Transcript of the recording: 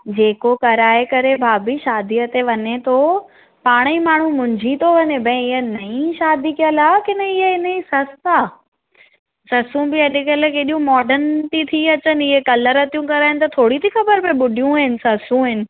जेको कराए करे भाभी शादीअ ते वञे थो पाण ई माण्हूं मुंझी थो वञे भई ईअं नईं शादी कयलु आहे किन इहो इन जी ससु आहे ससूं बि अॼुकल्ह केॾियूं मार्डन थी थी अचनि इहे कलर थियूं कराइनि त ख़बर थोरी थी पवे इहे ॿुढियूं आहिनि ससूं आहिनि